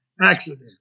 accident